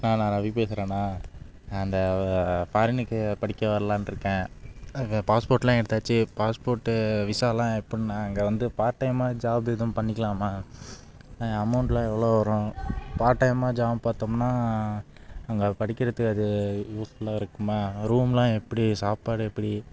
அண்ணா நான் ரவி பேசுகிறேண்ணா அந்த ஃபாரினுக்கு படிக்க வரலான்ருக்கேன் பாஸ்போர்டெலாம் எடுத்தாச்சு பாஸ்போர்ட்டு விசாலாம் எப்புடிண்ணா அங்கே வந்து பார்ட் டைமாக ஜாப் எதுவும் பண்ணிக்கலாமா அமௌண்டெலாம் எவ்வளோ வரும் பார்ட் டைமாக ஜாப் பாத்தோம்னா அங்கே படிக்கிறதுக்கு அது யூஸ்ஃபுல்லாக இருக்குமா ரூம்லாம் எப்படி சாப்பாடு எப்படி